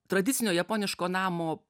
tradicinio japoniško namo